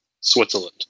switzerland